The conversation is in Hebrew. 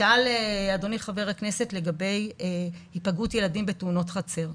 שאל אדוני חבר הכנסת לגבי היפגעות ילדים בתאונות חצר.